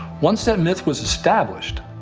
once that myth was established